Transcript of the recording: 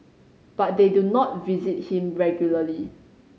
but they do not visit him regularly